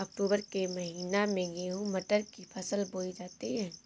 अक्टूबर के महीना में गेहूँ मटर की फसल बोई जाती है